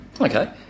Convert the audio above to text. Okay